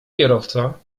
kierowca